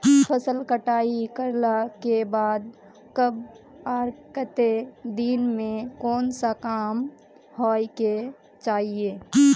फसल कटाई करला के बाद कब आर केते दिन में कोन सा काम होय के चाहिए?